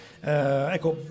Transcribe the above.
Ecco